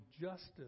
justice